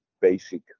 basic